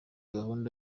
gahunda